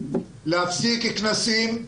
להפסיק כנסים,